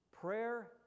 Prayer